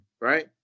right